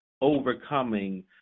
overcoming